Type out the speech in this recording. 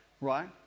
right